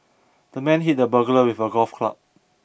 the man hit the burglar with a golf club